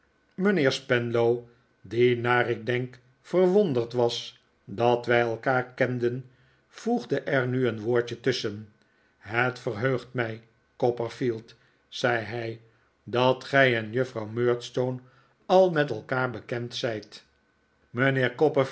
mijnheer spenlow die naar ik denk verwonderd was dat wij elkaar kenden voegde er nu een woordje tusschen het verheugt mij copperfield zei hij dat gij en juffrouw murdstone al met elkaar bekend zijt